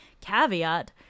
caveat